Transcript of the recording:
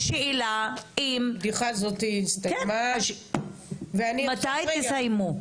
הבדיחה הזאתי הסתיימה ואני השאלה מתי תסיימו?